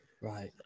Right